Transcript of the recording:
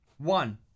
One